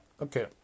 okay